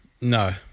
No